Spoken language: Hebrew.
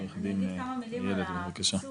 אני אגיד כמה מילים על הפיצול.